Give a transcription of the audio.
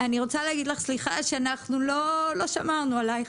אני רוצה להגיד לך סליחה שאנחנו לא שמרנו עליך.